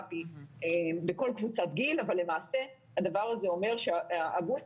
עולה בכל קבוצת גיל אבל למעשה הדבר הזה אומר שהבוסטר